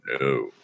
no